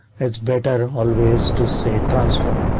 it's better always to, say, transform,